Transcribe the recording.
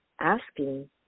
asking